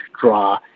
draw